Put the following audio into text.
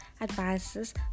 advices